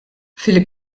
fil